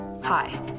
Hi